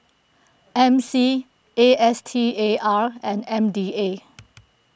M C A S T A R and M D A